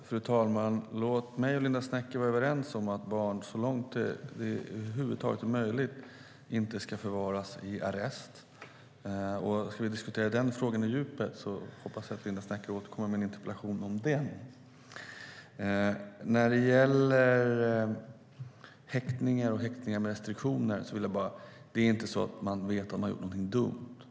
Fru talman! Jag och Linda Snecker är överens om att barn så långt det över huvud taget är möjligt inte ska förvaras i arrest. Om vi ska diskutera den frågan på djupet hoppas jag att Linda Snecker återkommer med en interpellation om den. När det gäller häktningar och häktningar med restriktioner vill jag bara säga att det inte handlar om att man vet att barnet har gjort någonting dumt.